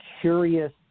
curious